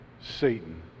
Satan